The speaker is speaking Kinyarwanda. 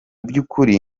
by’ukuri